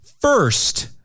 first